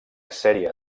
sèrie